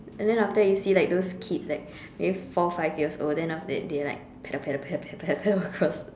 and then after that you see like those kids like maybe four five years old then after that they like paddle paddle paddle paddle paddle across